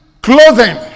clothing